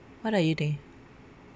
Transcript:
what are you doing